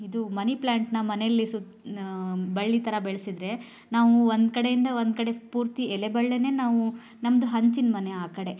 ಇದು ಮನಿ ಪ್ಲಾಂಟ್ನ ಮನೇಲಿ ಸುತ್ತ ಬಳ್ಳಿ ಥರ ಬೆಳೆಸಿದ್ರೆ ನಾವು ಒಂದು ಕಡೆಯಿಂದ ಒಂದು ಕಡೆ ಪೂರ್ತಿ ಎಲೆ ಬಳ್ಳಿಯೇ ನಾವು ನಮ್ದು ಹಂಚಿನ ಮನೆ ಆ ಕಡೆ